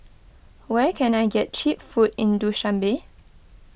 where can I get Cheap Food in Dushanbe